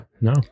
no